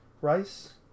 Rice